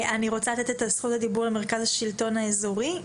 אני רוצה לתת את זכות הדיבור למרכז השלטון האזורי.